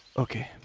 okay.